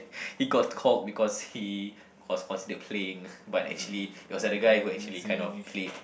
he got called because he was consider playing but actually was that guy is actually kind of played